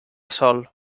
sol